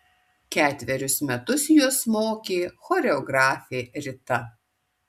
ketverius metus juos mokė choreografė rita